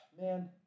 Man